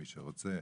מי שרוצה,